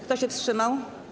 Kto się wstrzymał?